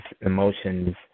emotions